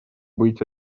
быть